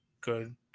Good